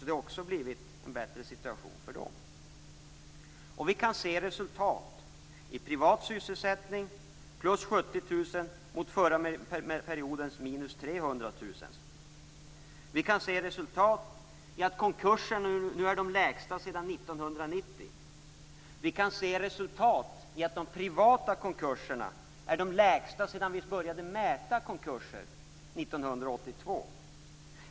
Det har blivit en bättre situation också för dem som jobbar där. Vi kan se resultat i privat sysselsättning, där det är plus 70 000 mot förra periodens minus 300 000. Vi kan se resultat i att antalet konkurser är det lägsta sedan 1990. Vi kan se resultat i att antalet privata konkurser är det lägsta sedan 1982, då antalet konkurser började mätas.